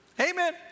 Amen